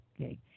Okay